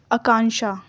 Akansha